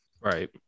Right